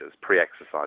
pre-exercise